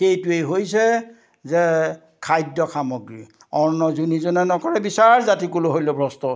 সেইটোৱেই হৈছে যে খাদ্য সামগ্ৰী অন্ন যোনে যোনে নকৰে বিচাৰ জাতি কুল হৈল ভ্ৰষ্ট